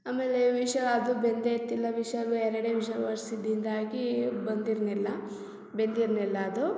ಆಮೇಲೆ ವಿಷ ಅದು ಬೆಂದೇ ಇರ್ತಿಲ್ಲ ವಿಷಲು ಎರಡೇ ವಿಷಲ್ ಹೊಡ್ಸಿದ್ದಿಂದಾಗಿ ಬಂದಿರ್ಲಿಲ್ಲ ಬೆಂದಿರಲಿಲ್ಲ ಅದು